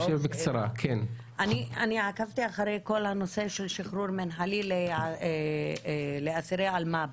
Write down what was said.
אני עקבתי אחרי כל הנושא של שחרור מינהלי לאסירי אלמ"ב